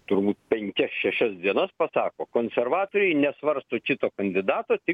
turbūt penkias šešias dienas pasako konservatoriai nesvarsto kito kandidato tik